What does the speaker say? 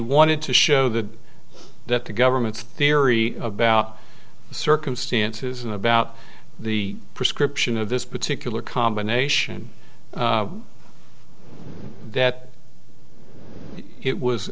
wanted to show that that the government's theory about the circumstances and about the prescription of this particular combination that it was